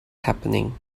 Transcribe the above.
happening